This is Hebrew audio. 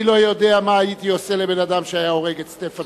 אני לא יודע מה הייתי עושה לבן-אדם שהיה הורג את סטפן שלי.